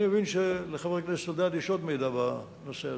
אני מבין שלחבר הכנסת אלדד יש עוד מידע בנושא הזה.